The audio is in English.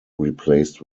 replaced